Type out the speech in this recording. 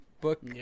book